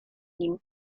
nim